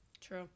True